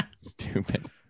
Stupid